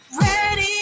ready